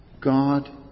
God